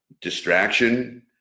distraction